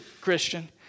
Christian